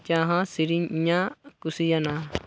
ᱡᱟᱦᱟᱸ ᱥᱮᱨᱮᱧ ᱤᱧᱟᱹᱜ ᱠᱩᱥᱤᱭᱟᱱᱟ